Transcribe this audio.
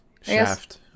Shaft